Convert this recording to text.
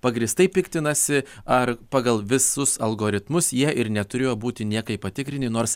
pagrįstai piktinasi ar pagal visus algoritmus jie ir neturėjo būti niekaip patikrini nors